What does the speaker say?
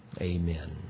Amen